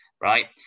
right